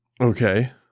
Okay